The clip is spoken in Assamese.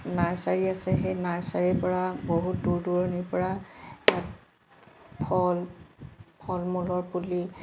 নাৰ্চাৰী আছে সেই নাৰ্চাৰীৰপৰা বহুত দূৰ দূৰণিৰপৰা ফল ফল মূলৰ পুলি